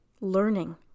learning